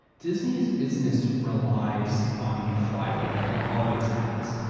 disney's business relies on the flywheel and always has.